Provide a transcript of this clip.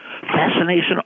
Fascination